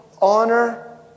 honor